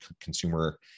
consumer